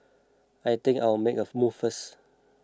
I think I'll make a move first